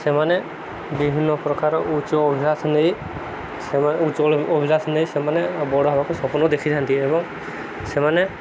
ସେମାନେ ବିଭିନ୍ନ ପ୍ରକାର ଉଚ୍ଚ ଅଭ୍ୟାସ ନେଇ ନେଇ ସେମାନେ ବଡ଼ ହବାକୁ ସପନ ଦେଖିଥାନ୍ତି ଏବଂ ସେମାନେ